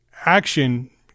action